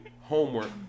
homework